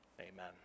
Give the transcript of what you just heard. Amen